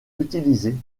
utilisée